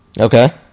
Okay